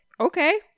okay